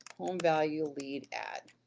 home value lead ad,